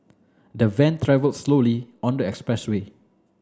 the van travelled slowly on the expressway